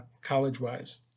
college-wise